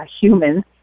humans